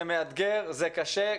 זה מאתגר, זה קשה.